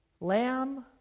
Lamb